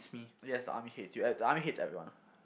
yes the army hates you uh the army hates everyone ah